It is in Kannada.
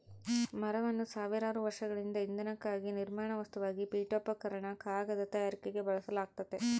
ಮರವನ್ನು ಸಾವಿರಾರು ವರ್ಷಗಳಿಂದ ಇಂಧನಕ್ಕಾಗಿ ನಿರ್ಮಾಣ ವಸ್ತುವಾಗಿ ಪೀಠೋಪಕರಣ ಕಾಗದ ತಯಾರಿಕೆಗೆ ಬಳಸಲಾಗ್ತತೆ